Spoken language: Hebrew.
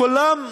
כולם,